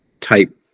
type